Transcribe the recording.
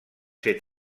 ser